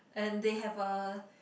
and they have a